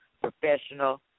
professional